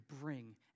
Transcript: bring